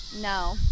no